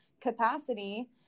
capacity